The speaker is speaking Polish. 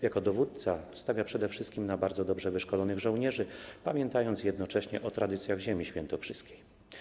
Jako dowódca stawia przede wszystkim na bardzo dobrze wyszkolonych żołnierzy, pamiętając jednocześnie o tradycjach ziemi świętokrzyskiej.